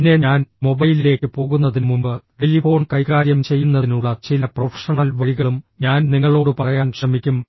പിന്നെ ഞാൻ മൊബൈലിലേക്ക് പോകുന്നതിനുമുമ്പ് ടെലിഫോൺ കൈകാര്യം ചെയ്യുന്നതിനുള്ള ചില പ്രൊഫഷണൽ വഴികളും ഞാൻ നിങ്ങളോട് പറയാൻ ശ്രമിക്കും